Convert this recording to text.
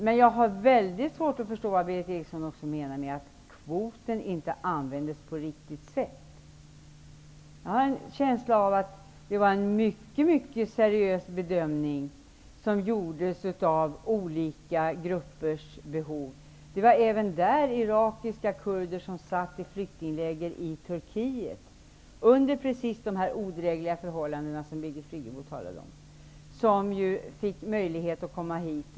Men jag har mycket svårt att förstå vad Berith Eriksson menade med att kvoten inte använts på riktigt sätt. Jag har en känsla av att det gjordes en mycket seriös bedömning av olika gruppers behov. Även där gällde det irakiska kurder, som satt i flyktingläger i Turkiet just under de olidliga förhållanden vilka Birgit Friggebo talade om och som fick möjlighet att komma hit.